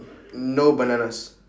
no bananas